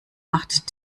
macht